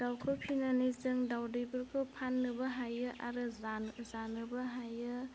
दाउखौ फिनानै जों दावदैफोरखौ फाननोबो हायो आरो जा जानोबो हायो